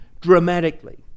dramatically